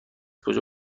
کجا